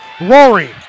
Rory